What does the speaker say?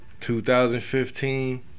2015